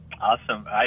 Awesome